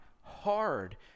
hard